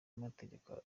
amategeko